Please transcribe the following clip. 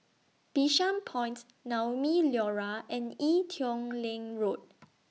Bishan Point Naumi Liora and Ee Teow Leng Road